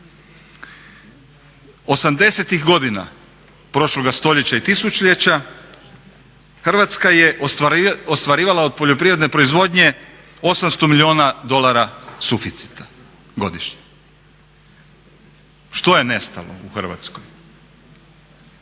80-tih godina prošloga stoljeća i tisućljeća Hrvatska je ostvarivala od poljoprivredne proizvodnje 800 milijuna dolara suficita godišnje. Što je nestalo u Hrvatskoj?